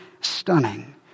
stunning